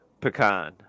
pecan